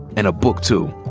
and a book too.